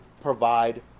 provide